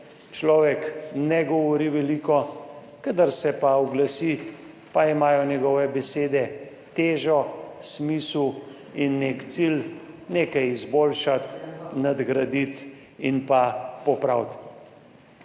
človek ne govori veliko, kadar se pa oglasi, pa imajo njegove besede težo, smisel in nek cilj nekaj izboljšati, nadgraditi in pa popraviti.